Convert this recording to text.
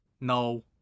no